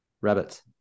Rabbit